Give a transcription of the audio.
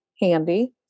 handy